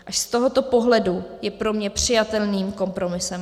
Z tohoto pohledu je pro mě přijatelným kompromisem.